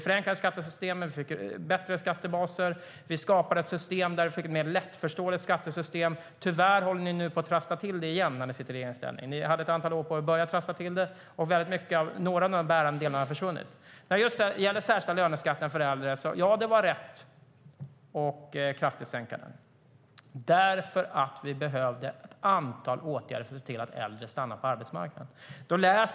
Skattesystemet förenklades, vi fick bättre skattebaser och vi skapade ett mer lättförståeligt skattesystem. Tyvärr håller ni på och trasslar till det igen nu när ni sitter i regeringsställning. Ni hade ett antal år på er att börja trassla till det, och några av de bärande delarna har försvunnit. Ja, när det gäller den särskilda löneskatten för äldre var det rätt att sänka den kraftigt, för vi behövde ett antal åtgärder för att se till att äldre stannar på arbetsmarknaden.